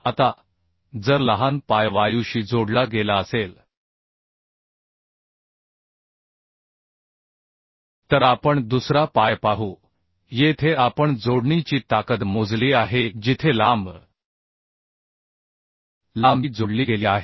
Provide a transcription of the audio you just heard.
आता जर लहान पाय वायूशी जोडला गेला असेल तर आपण दुसरा पाय पाहू येथे आपण जोडणीची ताकद मोजली आहे जिथे लांब लांबी जोडली गेली आहे